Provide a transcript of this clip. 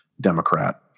Democrat